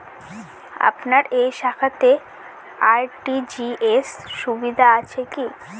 আপনার এই শাখাতে আর.টি.জি.এস সুবিধা আছে কি?